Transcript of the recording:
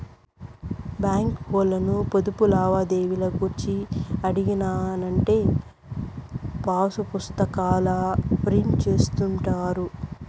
బాంకీ ఓల్లను పొదుపు లావాదేవీలు గూర్చి అడిగినానంటే పాసుపుస్తాకాల ప్రింట్ జేస్తుండారు